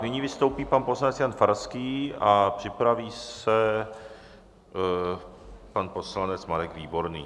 Nyní vystoupí pan poslanec Jan Farský a připraví se pan poslanec Marek Výborný.